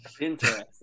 interesting